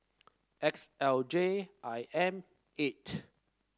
X L J I M eight